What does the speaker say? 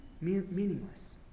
meaningless